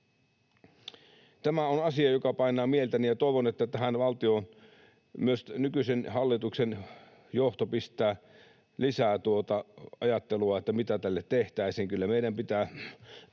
Tämä on asia, joka painaa mieltäni, ja toivon, että valtion, myös nykyisen hallituksen, johto pistää lisää ajattelua siihen, mitä tälle tehtäisiin. Kyllä meidän pitää